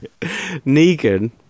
Negan